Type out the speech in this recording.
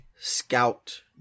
scout